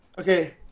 okay